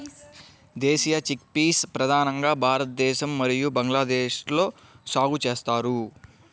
దేశీయ చిక్పీస్ ప్రధానంగా భారతదేశం మరియు బంగ్లాదేశ్లో సాగు చేస్తారు